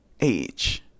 age